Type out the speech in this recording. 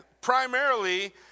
Primarily